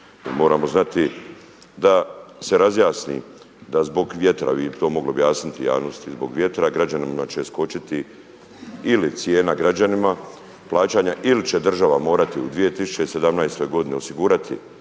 Moramo znati da se razjasni, da zbog vjetra i to mogu objasniti javnosti zbog vjetra građanima će skočiti ili cijena građanima plaćanja ili će država morati u 2017. godini osigurati